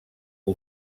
que